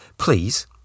Please